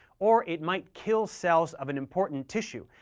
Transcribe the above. or it might kill cells of an important tissue,